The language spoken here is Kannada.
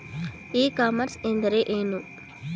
ಇ ಕಾಮರ್ಸ್ ಎಂದರೆ ಏನು?